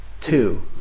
two